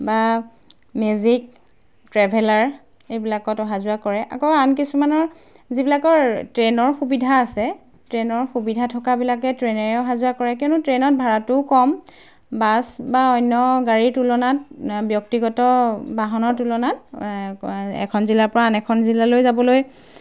বা magic traveller এইবিলাকত অহা যোৱা কৰে আকৌ আন কিছুমানৰ যিবিলাকৰ ট্ৰেইনৰ সুবিধা আছে ট্ৰেইনৰ সুবিধা থকাবিলাকে ট্ৰেইনেৰে অহা যোৱা কৰে কিয়নো ট্ৰেইনত ভাড়াটো কম বাছ বা অন্য গাড়ীৰ তুলনাত ব্যক্তিগত বাহনৰ তুলনাত এখন জিলাৰ পৰা আন এখন জিলালৈ যাবলৈ